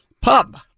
Pub